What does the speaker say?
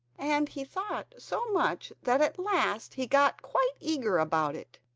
and he thought so much that at last he got quite eager about it.